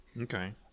Okay